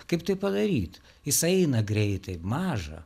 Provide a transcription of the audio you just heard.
kaip tai padaryt jis eina greitai mažą